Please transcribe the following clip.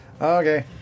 Okay